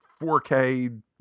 4k